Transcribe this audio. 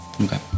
Okay